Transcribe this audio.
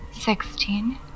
Sixteen